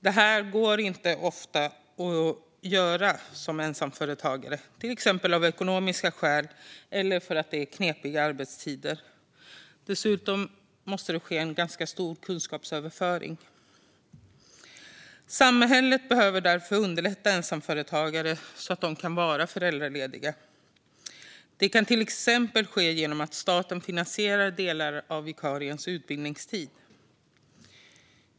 Det går ofta inte för ensamföretagare, till exempel av ekonomiska skäl eller på grund av knepiga arbetstider. Dessutom måste det ske en ganska stor kunskapsöverföring. Samhället behöver därför underlätta för ensamföretagare att vara föräldralediga, till exempel genom att staten finansierar delar av vikariens utbildningstid.